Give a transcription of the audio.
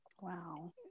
wow